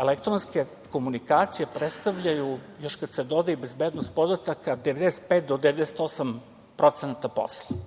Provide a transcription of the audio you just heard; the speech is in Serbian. elektronske komunikacije predstavljaju, još kada se doda i bezbednost podataka, 95 do 98% posla.